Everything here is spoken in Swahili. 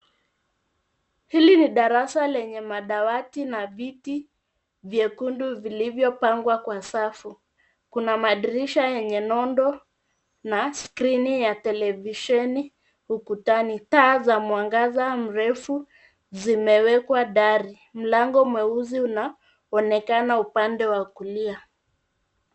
Hili ni darasa lenye madawati na viti vyekundu vilivyo pangwa kwa safu. Kuna madirisha yenye nondo na skrini ya televisheni ukutani. Taa za mwangaza mrefu zimewekwa dari. Mlango mweusi unaonekana upande wa kulia.